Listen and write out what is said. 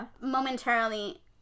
momentarily